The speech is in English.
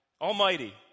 Almighty